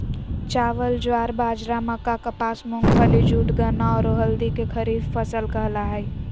चावल, ज्वार, बाजरा, मक्का, कपास, मूंगफली, जूट, गन्ना, औरो हल्दी के खरीफ फसल कहला हइ